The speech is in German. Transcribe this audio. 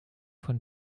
von